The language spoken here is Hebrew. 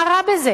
מה רע בזה?